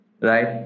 right